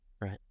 right